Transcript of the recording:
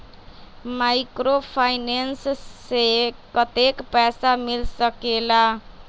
Microfinance से कतेक पैसा मिल सकले ला?